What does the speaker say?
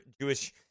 Jewish